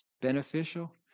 beneficial